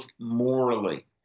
morally